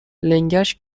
لنگش